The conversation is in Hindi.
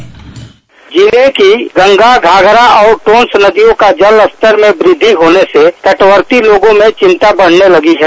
बाइट जिले की गंगा घाघरा और टौंस नदियों का जलस्तर में वृद्धि होने से तटवर्ती लोगों में चिंता बढ़ने लगी है